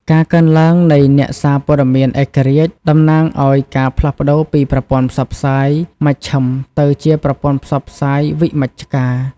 ការកើនឡើងនៃអ្នកសារព័ត៌មានឯករាជ្យតំណាងឱ្យការផ្លាស់ប្តូរពីប្រព័ន្ធផ្សព្វផ្សាយមជ្ឈិមទៅជាប្រព័ន្ធផ្សព្វផ្សាយវិមជ្ឈការ។